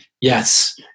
yes